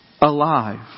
Alive